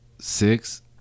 Six